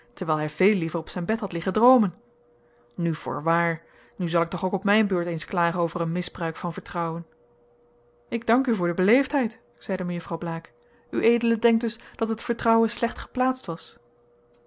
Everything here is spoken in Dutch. terwijl hij veel liever op zijn bed had liggen droomen nu voorwaar nu zal ik toch ook op mijn beurt eens klagen over een misbruik van vertrouwen ik dank u voor de beleefdheid zeide mejuffrouw blaek ued denkt dus dat het vertrouwen slecht geplaatst was